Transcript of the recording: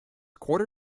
quarter